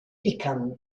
become